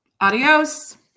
Adios